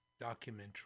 documentary